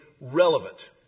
relevant